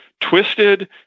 twisted